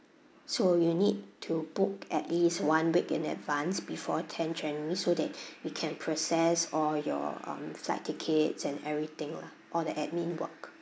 so you need to book at least one week in advance before tenth january so that we can process all your um flight tickets and everything lah all the administrative work